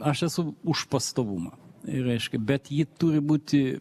aš esu už pastovumą ir reiškia bet ji turi būti